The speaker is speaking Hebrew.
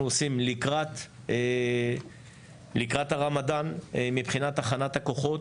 עושים לקראת הרמדאן מבחינת הכנת הכוחות,